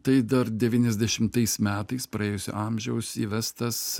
tai dar devyniasdešimtais metais praėjusio amžiaus įvestas